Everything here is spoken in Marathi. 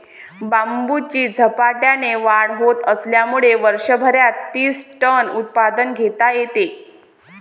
बांबूची झपाट्याने वाढ होत असल्यामुळे वर्षभरात तीस टन उत्पादन घेता येते